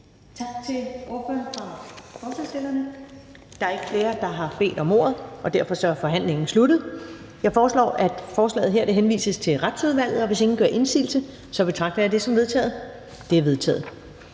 Tak til ordføreren for forslagsstillerne. Der er ikke flere, der har bedt om ordet, og derfor er forhandlingen sluttet. Jeg foreslår, at forslaget henvises til Retsudvalget. Hvis ingen gør indsigelse, betragter jeg det som vedtaget. Det er vedtaget.